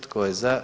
Tko je za?